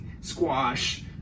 squash